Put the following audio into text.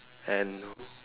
and